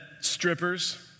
strippers